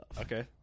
Okay